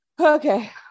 Okay